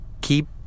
Keep